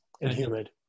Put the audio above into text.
humid